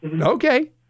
Okay